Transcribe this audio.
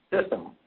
system